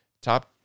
top